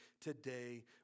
today